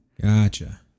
Gotcha